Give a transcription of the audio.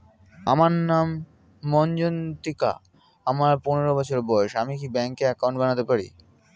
আমার নাম মজ্ঝন্তিকা, আমার পনেরো বছর বয়স, আমি কি ব্যঙ্কে একাউন্ট বানাতে পারি?